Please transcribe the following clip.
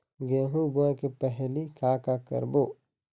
गेहूं बोए के पहेली का का करबो?